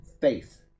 faith